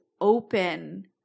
open